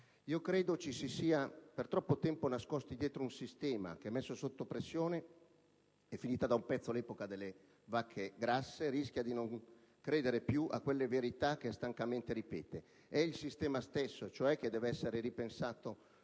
Credo ci si sia per troppo tempo nascosti dietro un sistema che, messo sotto pressione (è finita da un pezzo l'epoca delle vacche grasse), rischia di non credere più a quelle verità che stancamente ripete, perché è il sistema stesso che deve essere ripensato